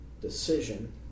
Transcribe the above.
decision